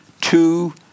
two